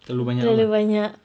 terlalu banyak apa